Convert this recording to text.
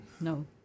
No